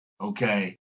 okay